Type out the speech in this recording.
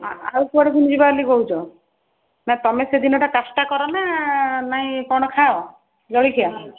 ଆଉ କୁଆଡ଼କୁ ଯିବା ବୋଲି କହୁଛ ନା ତୁମେ ସେ ଦିନଟା କାଷ୍ଟା କର ନା ନାଇଁ କ'ଣ ଖାଅ ଜଳଖିଆ